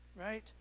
Right